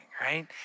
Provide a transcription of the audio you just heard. Right